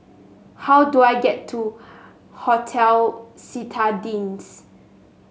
how do I get to Hotel Citadines